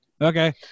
okay